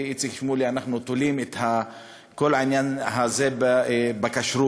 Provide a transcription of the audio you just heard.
איציק שמולי תולים את כל העניין הזה בכשרות,